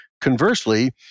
conversely